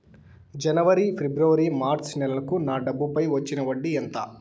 జనవరి, ఫిబ్రవరి, మార్చ్ నెలలకు నా డబ్బుపై వచ్చిన వడ్డీ ఎంత